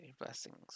blessings